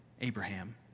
Abraham